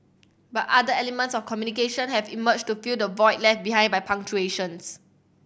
but other elements of communication have emerged to fill the void left behind by punctuations